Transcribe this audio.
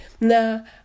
Now